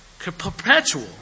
perpetual